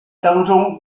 当中